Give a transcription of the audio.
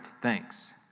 thanks